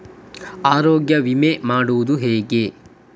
ಆರೋಗ್ಯ ವಿಮೆ ಮಾಡುವುದು ಹೇಗೆ?